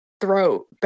throat